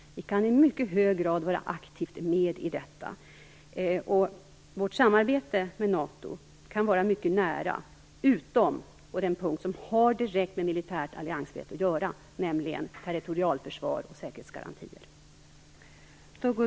Vi kan i mycket hög grad aktivt vara med. Vi kan samarbeta mycket nära med NATO utom på den punkt som har direkt med militär alliansfrihet att göra, nämligen territorialförsvar och säkerhetsgarantier.